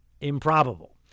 improbable